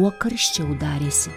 tuo karščiau darėsi